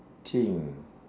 thing